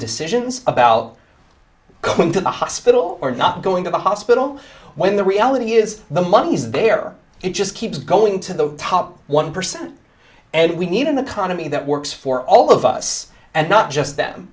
decisions about going to the hospital or not going to the hospital when the reality is the money's there it just keeps going to the top one percent and we need in the kind of me that works for all of us and not just them